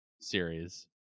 series